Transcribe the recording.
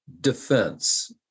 defense